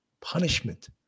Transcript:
Punishment